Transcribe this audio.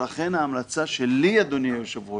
ולכן ההמלצה שלי, אדוני היושב-ראש,